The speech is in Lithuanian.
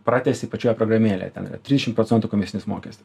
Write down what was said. pratęsi pačioje programėlėje ten yra trišim procentų komisinis mokest